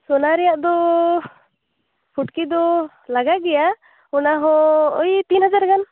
ᱥᱚᱱᱟ ᱨᱮᱭᱟᱜ ᱫᱚ ᱯᱷᱩᱴᱠᱤ ᱫᱚ ᱞᱟᱜᱟᱜ ᱜᱮᱭᱟ ᱚᱱᱟᱦᱚᱸ ᱳᱭ ᱛᱤᱱ ᱦᱟᱡᱟᱨ ᱜᱟᱱ